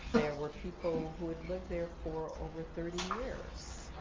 were people who had lived there for over thirty years.